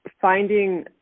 finding